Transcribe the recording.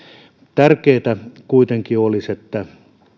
tärkeää kuitenkin olisi että